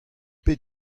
pet